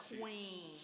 queen